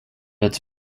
its